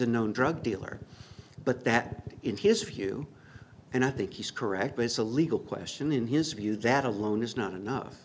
a known drug dealer but that in his view and i think he's correct as a legal question in his view that alone is not enough